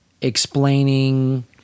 explaining